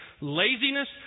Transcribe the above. laziness